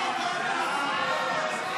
דיאלוג.